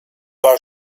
war